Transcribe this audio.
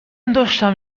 داشتم